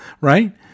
right